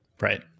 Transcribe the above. Right